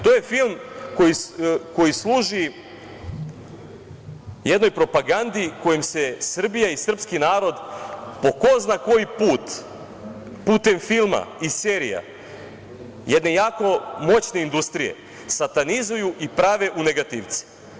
To je film koji služi jednoj propagandi kojom se Srbija i srpski narod, po ko zna koji put, putem filma i serija jedne jako moćne industrije satanizuju i prave u negativce.